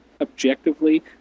objectively